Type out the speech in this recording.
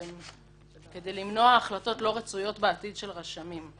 כדי למנוע החלטות לא רצויות של רשמים בעתיד.